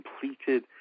completed